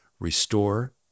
restore